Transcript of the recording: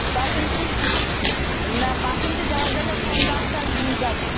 বাসুন্তী না বাসন্তী যাওয়ার জন্য কোন বাসটা যাবো